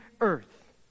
earth